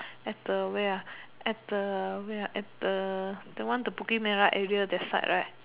at the where at the where at the the one the Bukit-Merah area that side right